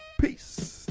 Peace